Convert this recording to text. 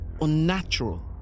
unnatural